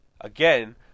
again